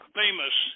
famous